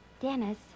Dennis